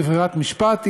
בברירת משפט,